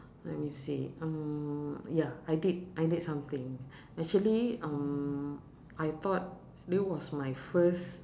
let me see um ya I did I did something actually um I thought because it was my first